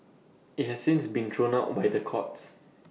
IT has since been thrown out by the courts